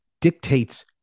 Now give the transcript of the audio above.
dictates